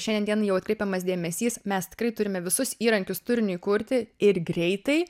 šiandien dienai jau atkreipiamas dėmesys mes tikrai turime visus įrankius turiniui kurti ir greitai